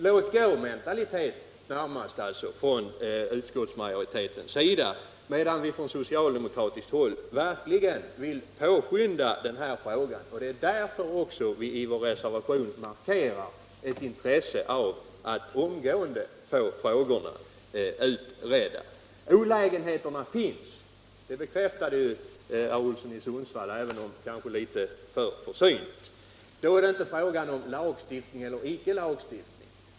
Det finns närmast en Jåtgåmentalitet hos utskottsmajoriteten, medan vi från socialdemokratiskt håll verkligen vill påskynda lösningen av den här frågan. Det är därför vi i vår reservation markerar ett intresse av att omgående få frågorna utredda. Olägenheterna finns — det bekräftade herr Olsson i Sundsvall, även om det kanske var litet försynt. Det är alltså inte fråga om lagstiftning eller inte.